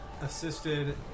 assisted